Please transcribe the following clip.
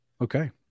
Okay